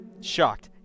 Shocked